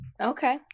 Okay